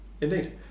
Indeed